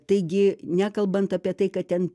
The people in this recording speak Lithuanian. taigi nekalbant apie tai kad ten